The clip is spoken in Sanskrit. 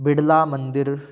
बिडलामन्दिरं